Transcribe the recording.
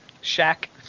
shack